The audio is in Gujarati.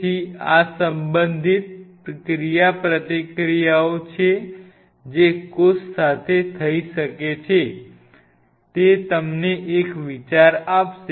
તેથી આ સંભવિત ક્રિયાપ્રતિક્રિયાઓ છે જે કોષ સાથે થઈ શકે છે તે તમને એક વિચાર આપશે